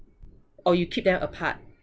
or you keep them apart